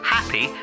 Happy